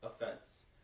offense